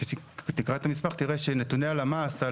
תקרא את המסמך תראה שנתוני הלמ"ס על